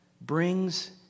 brings